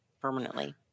permanently